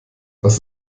was